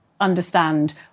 understand